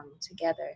together